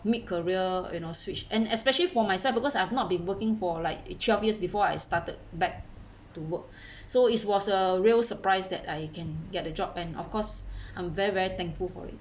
mid career you know switch and especially for myself because I have not been working for like twelve years before I started back to work so it's was a real surprised that I can get a job and of course I'm very very thankful for it